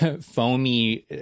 foamy